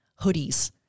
hoodies